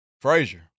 Frazier